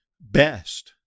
best